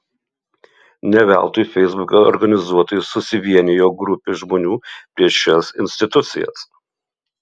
ne veltui feisbuke organizuotai susivienijo grupė žmonių prieš šias institucijas